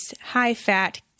high-fat